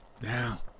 Now